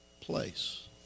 place